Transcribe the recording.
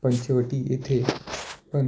पंचवटी येथे पण